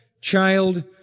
child